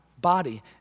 body